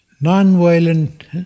non-violent